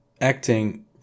acting